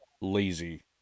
lazy